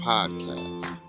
Podcast